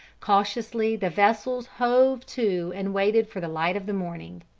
cautiously the vessels hove to and waited for the light of the morning.